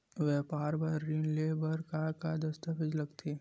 व्यापार बर ऋण ले बर का का दस्तावेज लगथे?